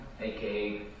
aka